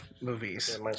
movies